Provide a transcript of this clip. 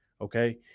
okay